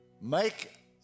Make